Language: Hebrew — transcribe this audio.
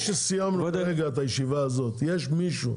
לפני שסיימנו את הישיבה הזאת יש מישהו